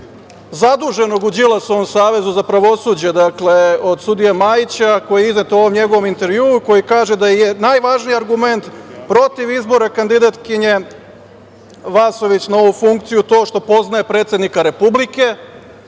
zaduženog u Đilasovom savezu za pravosuđe, dakle, od sudije Majića koji je u ovom njegovom intervjuu, koji kaže da je najvažniji argument protiv izbora kandidatkinje Vasović na ovu funkciju to što poznaje predsednika Republike.